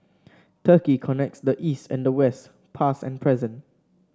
turkey connects the East and the West past and present